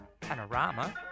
panorama